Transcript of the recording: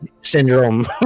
syndrome